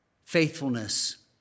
faithfulness